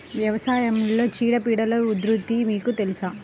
వ్యవసాయంలో చీడపీడల ఉధృతి మీకు తెలుసా?